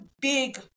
big